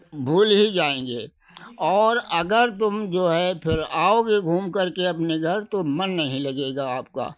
भूल ही जाएंगे और अगर तुम जो है आओगे घूम करके अपने घर तो मन नहीं लगेगा आपका